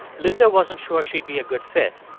linda wasn't sure she'd be a good fit,